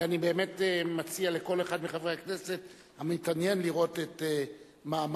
ואני באמת מציע לכל אחד מחברי הכנסת המתעניין לראות את מאמרו,